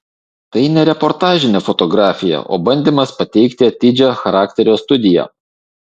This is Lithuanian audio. tai ne reportažinė fotografija o bandymas pateikti atidžią charakterio studiją